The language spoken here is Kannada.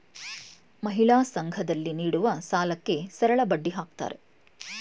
ಮಹಿಳಾ ಸಂಘ ದಲ್ಲಿ ನೀಡುವ ಸಾಲಕ್ಕೆ ಸರಳಬಡ್ಡಿ ಹಾಕ್ತಾರೆ